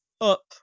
up